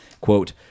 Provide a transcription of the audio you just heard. Quote